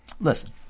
Listen